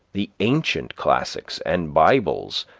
the ancient classics and bibles,